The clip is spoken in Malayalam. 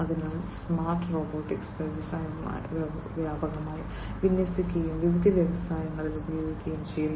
അതിനാൽ സ്മാർട്ട് റോബോട്ടിക്സ് വ്യാപകമായി വിന്യസിക്കുകയും വിവിധ വ്യവസായങ്ങളിൽ ഉപയോഗിക്കുകയും ചെയ്യുന്നു